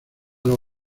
los